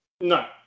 No